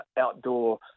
outdoor